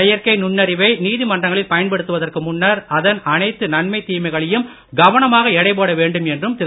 செயற்கை நுண்ணறிவை நீதிமன்றங்களில் பயன்படுத்துவதற்கு முன்னர் அதன் அனைத்து நன்மை தீமைகளையும் கவனமாக எடை போட வேண்டும் என்றும் திரு